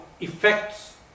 effects